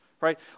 right